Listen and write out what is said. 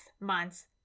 months